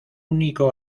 único